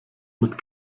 mit